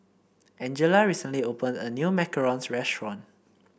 Angela recently opened a new macarons restaurant